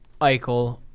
Eichel